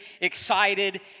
excited